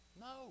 No